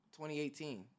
2018